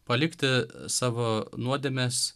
palikti savo nuodėmes